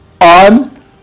on